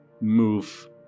move